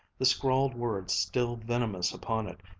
the scrawled words still venomous upon it,